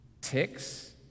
ticks